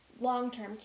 long-term